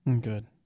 Good